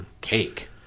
cake